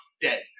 dead